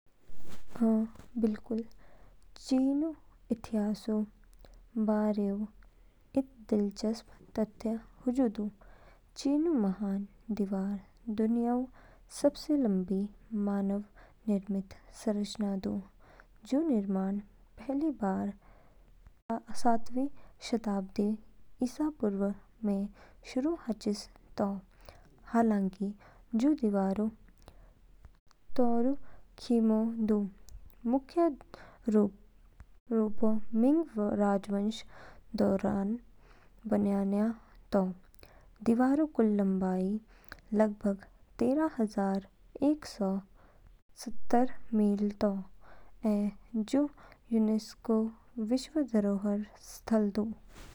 अ, बिल्कुल। चीनऊ इतिहासऊ बारेऊ इद दिलचस्प तथ्य जू दू। चीनऊ महान दीवार, दुनियाऊ सबसे लंबी मानव-निर्मित संरचना दू, जू निर्माण पहली बार सातवीं शताब्दी ईसा पूर्व में शुरू हाचि तो। हालाँकि, जू दीवारऊ तौरू खिमो दो मुख्य रूपो मिंग राजवंश दौरान बनयनया तो। दीवारऊ कुल लंबाई लगभग तेरह हजार एक सौसत्तर, मील तो, ऐ जू यूनेस्को विश्व धरोहर स्थल दू।